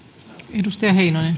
arvoisa